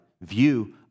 view